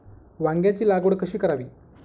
वांग्यांची लागवड कशी करावी?